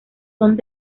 son